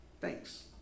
Thanks